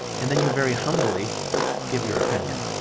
and then you very humbly give your opinion.